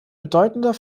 bedeutender